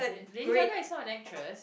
Lady-Gaga is not an actress